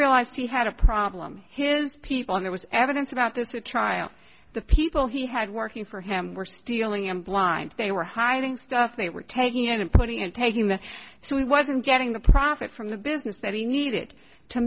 realized he had a problem his people there was evidence about the trial the people he had working for him were stealing him blind they were hiding stuff they were taking and putting and taking the so he wasn't getting the profit from the business that he needed to